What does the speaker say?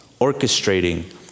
orchestrating